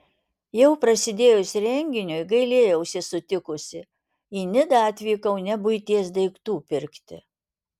jau prasidėjus renginiui gailėjausi sutikusi į nidą atvykau ne buities daiktų pirkti